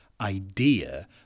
idea